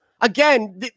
again